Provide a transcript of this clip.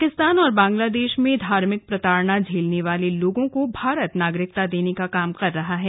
पाकिस्तान और बांग्लादेश में धार्मिक प्रताड़ना झेलने वाले लोगों को भारत नागरिकता देने का काम कर रहा है